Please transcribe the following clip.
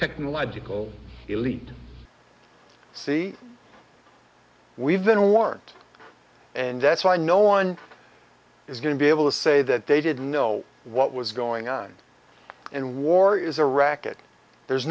technological elite see we've been warned and that's why no one is going to be able to say that they didn't know what was going on and war is a racket there's